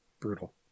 brutal